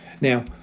Now